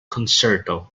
concerto